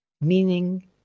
meaning